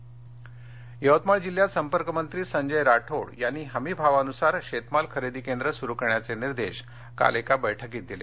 खरेदी केंद्र यवतमाळ जिल्ह्यात संपर्कमंत्री संजय राठोड यांनी हमी भावानुसार शेतमाल खरेदी केंद्र सुरू करण्याचे निर्देश काल एका बैठकीत दिले